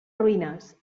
ruïnes